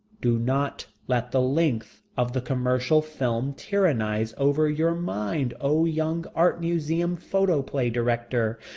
do not let the length of the commercial film tyrannize over your mind, o young art museum photoplay director.